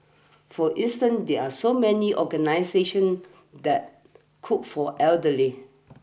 for instance there are so many organisations that cook for elderly